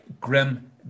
grim